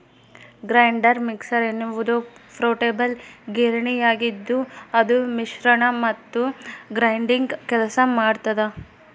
grinder mixer ಎನ್ನುವುದು portable ಗಿರಣಿಯಾಗಿದ್ದುಅದು ಮಿಶ್ರಣ ಮತ್ತು ಗ್ರೈಂಡಿಂಗ್ ಕೆಲಸ ಮಾಡ್ತದ